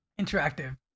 interactive